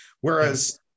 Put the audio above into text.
Whereas